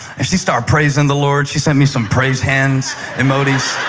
and she started praising the lord. she sent me some praise hands emojis.